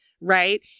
right